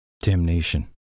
Damnation